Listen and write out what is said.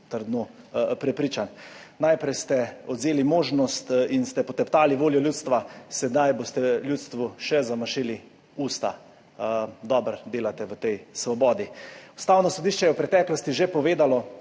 trdno prepričan. Najprej ste odvzeli možnost in ste poteptali voljo ljudstva, sedaj boste ljudstvu še zamašili usta. Dobro delate v tej svobodi. Ustavno sodišče je v preteklosti že povedalo,